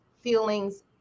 feelings